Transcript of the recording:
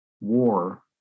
war